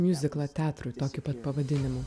miuziklą teatrui tokiu pat pavadinimu